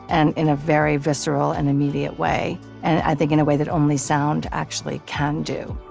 and in a very visceral and immediate way, and i think in a way that only sound actually can do